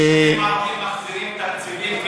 כי יישובים ערביים מחזירים תקציבים,